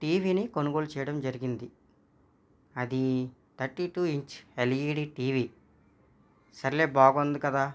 టీవీని కొనుగోలు చేయడం జరిగింది అది thirty two inch LED TV సర్లే బాగుంది కదా